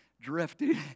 drifting